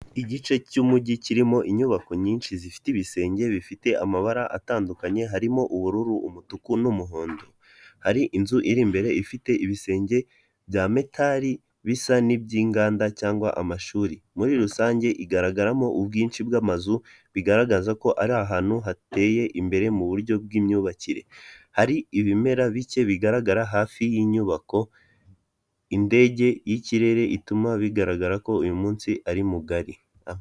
Igice cy'umujyi kirimo inyubako nyinshi zifite ibisenge bifite amabara atandukanye harimo ubururu, umutuku n'umuhondo, hari inzu iri imbere ifite ibisenge bya metari bisa n'iby'inganda cyangwa amashuri, muri rusange igaragaramo ubwinshi bw'amazu bigaragaza ko ari ahantu hateye imbere mu buryo bw'imyubakire, hari ibimera bike bigaragara hafi y'inyubako, indege y'ikirere ituma bigaragara ko uyu munsi ari mugari.